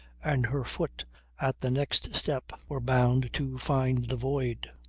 and her foot at the next step were bound to find the void.